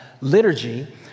liturgy